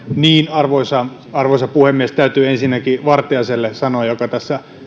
arvoisa arvoisa puhemies täytyy ensinnäkin sanoa vartiaiselle joka tässä